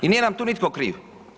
I nije nam tu nitko kriv.